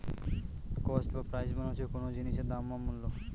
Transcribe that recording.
cost বা price মানে হচ্ছে কোন জিনিসের দাম বা মূল্য